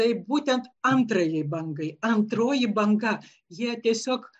tai būtent antrajai bangai antroji banga jie tiesiog